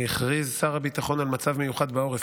הכריז שר הביטחון על מצב מיוחד בעורף,